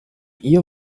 ihr